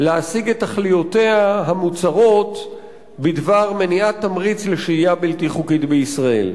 להשיג את תכליותיה המוצהרות בדבר מניעת תמריץ לשהייה בלתי חוקית בישראל.